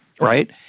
right